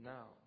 Now